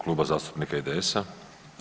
Kluba zastupnika IDS-a.